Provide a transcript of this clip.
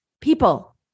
people